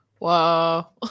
Wow